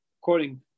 According